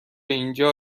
اینجا